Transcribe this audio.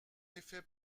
effet